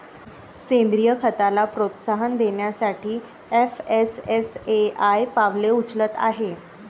सेंद्रीय खताला प्रोत्साहन देण्यासाठी एफ.एस.एस.ए.आय पावले उचलत आहे